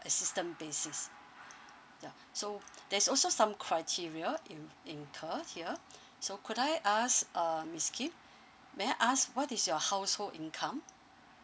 assistant basis ya so there's also some criteria in incur here so could I ask uh miss kim may I ask what is your household income